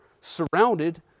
surrounded